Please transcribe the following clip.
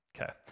Okay